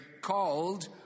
called